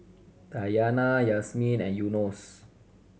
Dayana Yasmin and Yunos